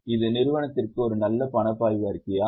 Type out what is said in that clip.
இது நிறுவனத்திற்கு ஒரு நல்ல பணப்பாய்வு அறிக்கையா